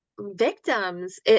victims